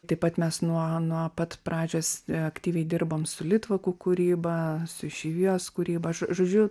taip pat mes nuo nuo pat pradžios aktyviai dirbam su litvakų kūryba su išeivijos kūryba žo žodžiu